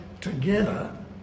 together